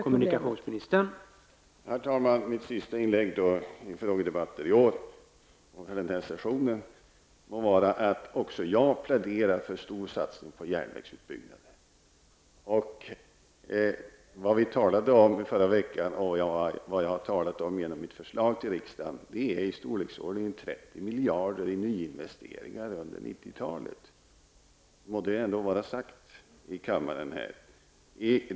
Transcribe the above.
Herr talman! Detta blir mitt sista inlägg i en frågedebatt i år och för den här sessionen, och jag vill då påpeka att även jag pläderar för en stor satsning på järnvägsutbyggnad. Vad vi talade om i debatten i förra veckan och vad jag har framhållit i mitt förslag till riksdagen är att en summa på ungefär 30 miljarder skall satsas på nyinvesteringar under 90-talet. Må det ändå vara sagt här i kammaren.